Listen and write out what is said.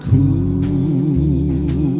Cool